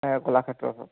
কলাক্ষেত্ৰৰ ওচৰত